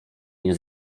nie